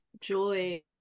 joy